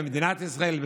במדינת ישראל,